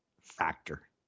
factor